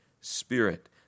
Spirit